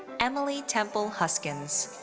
emily temple huskins.